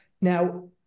Now